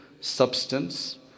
substance